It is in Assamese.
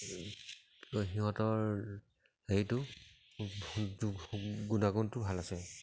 কি কয় সিহঁতৰ হেৰিটো গুণাগুণটো ভাল আছে